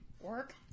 work